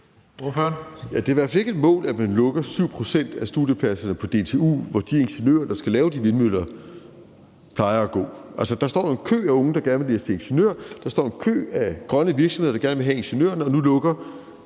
Det er i hvert fald ikke et mål, at man lukker 7 pct. af studiepladserne på DTU, hvor de ingeniører, der skal lave de vindmøller, plejer at gå. Der står jo en kø af unge, der gerne vil læse til ingeniør. Der står en kø af grønne virksomheder, der gerne vil have ingeniørerne – og nu lukker